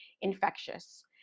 infectious